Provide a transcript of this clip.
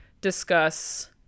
discuss